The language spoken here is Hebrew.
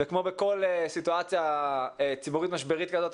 כומו בכל סיטואציה ציבורית משברית כזאת,